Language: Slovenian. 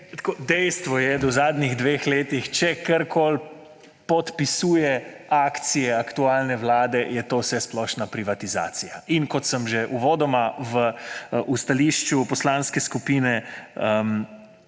Dejstvo je, da v zadnjih dveh letih, če karkoli podpisuje akcije aktualne vlade, je to vsesplošna privatizacija. In kot sem že uvodoma v stališču poslanske skupine